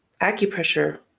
acupressure